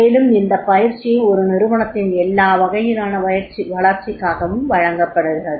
மேலும் இந்த பயிற்சி ஒரு நிறுவனத்தின் எல்லாவகையிலான வளர்ச்சிக்காகவும் வழங்கப்படுகிறது